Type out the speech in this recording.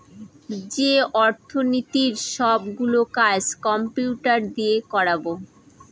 যে অর্থনীতির সব গুলো কাজ কম্পিউটার দিয়ে করাবো